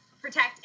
protect